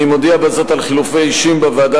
אני מודיע בזאת על חילופי אישים בוועדה